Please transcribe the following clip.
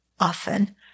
often